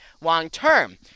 long-term